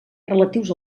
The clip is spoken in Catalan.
relatius